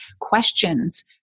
questions